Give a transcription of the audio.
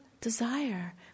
desire